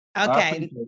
Okay